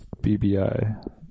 BBI